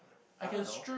I don't know